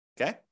Okay